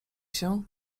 się